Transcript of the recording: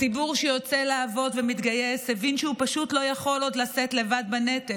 הציבור שיוצא לעבוד ומתגייס הבין שהוא פשוט לא יכול עוד לשאת לבד בנטל.